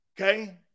okay